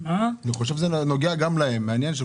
אני חושב שזה נוגע גם למשרד הפנים.